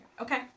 Okay